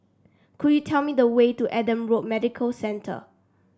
could you tell me the way to Adam Road Medical Centre